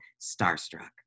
Starstruck